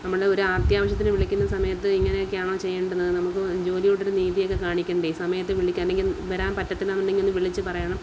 നമ്മൾ ഒരു അത്യാവശ്യത്തിന് വിളിക്കുന്ന സമയത്ത് ഇങ്ങനെയൊക്കെയാണോ ചെയ്യേണ്ടുന്നത് നമുക്ക് ജോലിയോട് ഒരു നീതിയൊക്കെ കാണിക്കേണ്ടേ സമയത്ത് വിളിക്കുക അല്ലെങ്കിൽ വരാൻ പറ്റത്തില്ല എന്നുണ്ടെങ്കിൽ ഒന്ന് വിളിച്ച് പറയണം